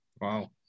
Wow